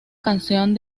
canción